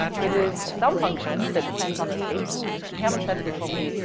that is some function that depends on the state, and we haven't said we told me, you